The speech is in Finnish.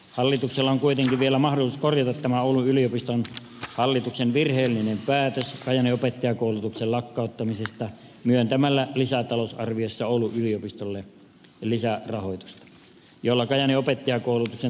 hallituksella on kuitenkin vielä mahdollisuus korjata tämä oulun yliopiston hallituksen virheellinen päätös kajaanin opettajankoulutuksen lakkauttamisesta myöntämällä lisätalousarviossa oulun yliopistolle lisärahoitusta jolla kajaanin opettajankoulutuksen tulevaisuus voidaan turvata